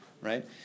right